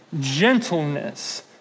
gentleness